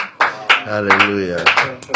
Hallelujah